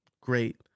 Great